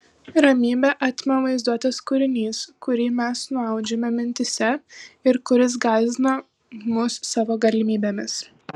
ramybę atima vaizduotės kūrinys kurį mes nuaudžiame mintyse ir kuris gąsdina mus savo galimybėmis